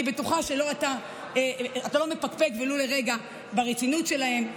אני בטוחה שאתה לא מפקפק ולו לרגע ברצינות שלהם,